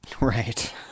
Right